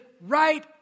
right